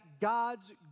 God's